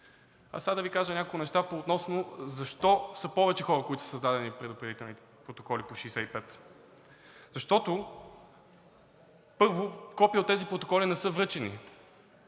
А сега да Ви кажа няколко неща защо са повече хората, на които са създадени предупредителни протоколи по 65. Защото, първо, копия от тези протоколи не са връчени.